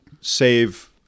save